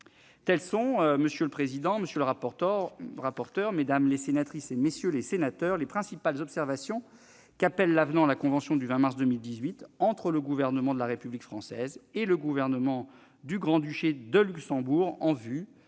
Tels sont, monsieur le président, monsieur le rapporteur, mesdames les sénatrices, messieurs les sénateurs, les principales observations qu'appelle l'avenant à la convention du 20 mars 2018 entre le Gouvernement de la République française et le Gouvernement du Grand-Duché de Luxembourg en vue